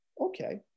Okay